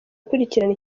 gukurikirana